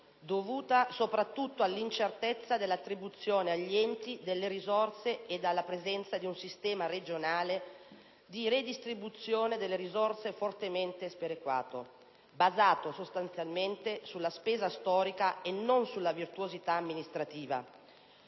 dovuta soprattutto all'incertezza nell'attribuzione agli enti delle risorse ed alla presenza di un sistema regionale di redistribuzione delle risorse fortemente sperequato, basato sostanzialmente sulla spesa storica e non sulla virtuosità amministrativa.